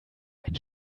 ein